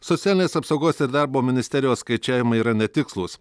socialinės apsaugos ir darbo ministerijos skaičiavimai yra netikslūs